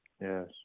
Yes